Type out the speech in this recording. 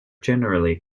generally